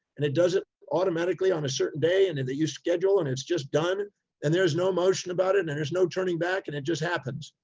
and it does it automatically on a certain day. and and you schedule and it's just done and there is no emotion about it, and there's no turning back and it just happens.